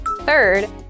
Third